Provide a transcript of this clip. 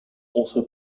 also